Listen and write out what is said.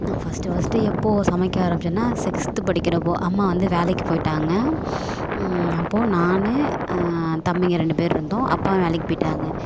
நான் first first எப்போ சமைக்க ஆரமிச்சேன்னா சிக்ஸ்த்து படிக்கிறப்போ அம்மா வந்து வேலைக்கு போயிவிட்டாங்க அப்போ நான் தம்பிங்க ரெண்டு பேர் இருந்தோம் அப்பாவும் வேலைக்கு போயிவிட்டாங்க